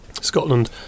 Scotland